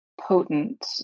Potent